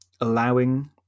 allowing